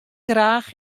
graach